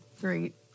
great